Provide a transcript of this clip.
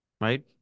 Right